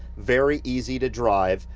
very easy to drive,